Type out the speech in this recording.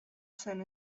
zen